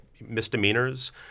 misdemeanors